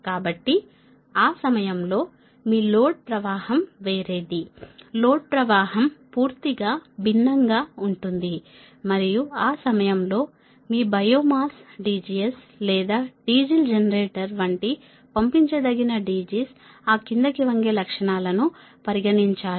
కాబట్టి ఆ సమయంలో మీ లోడ్ ప్రవాహం వేరేది లోడ్ ప్రవాహం పూర్తిగా భిన్నంగా ఉంటుంది మరియు ఆ సమయంలో మీ బయోమాస్ DGs లేదా డీజిల్ జనరేటర్ వంటి పంపించదగిన DGs ఆ కిందకి వంగే లక్షణాలను పరిగణించాలి